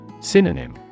Synonym